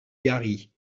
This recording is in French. gary